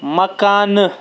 مکانہٕ